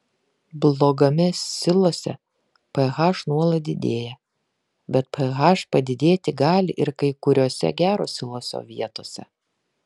blogame silose ph nuolat didėja bet ph padidėti gali ir kai kuriose gero siloso vietose